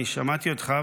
אני שמעתי אותך,